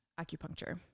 acupuncture